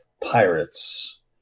pirates